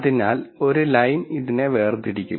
അതിനാൽ ഒരു ലൈൻ ഇതിനെ വേർതിരിക്കും